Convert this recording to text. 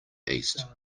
east